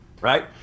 right